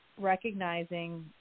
recognizing